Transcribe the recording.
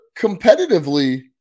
competitively